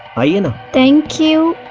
you know thank you.